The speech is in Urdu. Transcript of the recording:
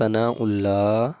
ثناء اللہ